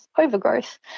overgrowth